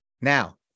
now